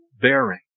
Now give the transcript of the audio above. bearing